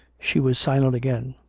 she was silent again.